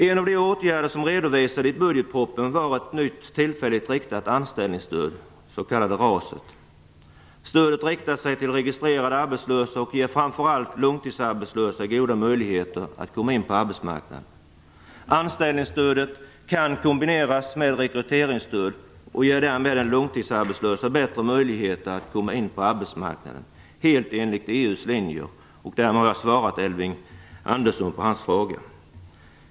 En av de åtgärder som redovisades i budgetpropositionen var ett nytt tillfälligt riktat anställningsstöd, det s.k. RAS. Stödet riktar sig till registrerat arbetslösa och ger framför allt de långtidsarbetslösa goda möjligheter att komma in på arbetsmarknaden. Anställningsstödet kan kombineras med rekryteringsstöd och ger därmed de långtidsarbetslösa bättre möjligheter att komma in på arbetsmarknaden, helt enligt EU:s riktlinjer. Därmed har jag besvarat Elving Anderssons fråga.